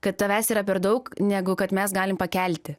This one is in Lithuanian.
kad tavęs yra per daug negu kad mes galim pakelti